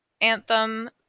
anthem